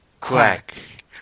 Quack